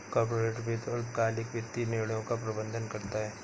corporate वित्त अल्पकालिक वित्तीय निर्णयों का प्रबंधन करता है